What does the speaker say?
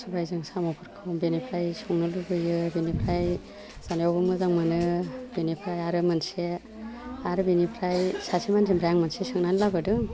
सबायजों साम'फोरखौ बिनिफ्राय संनो लुगैयो बिनिफ्राय जानायावबो मोजां मोनो बिनिफ्राय आरो मोनसे आरो बिनिफ्राय सासे मानसिनिफ्राय आं सोंनानै लाबोदों